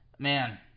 man